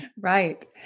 Right